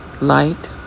Light